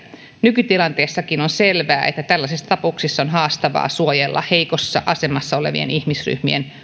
nykytilanteessakin on selvää että tällaisissa tapauksissa on haastavaa suojella heikossa asemassa olevien ihmisryhmien